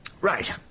Right